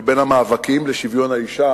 שבין המאבקים לשוויון האשה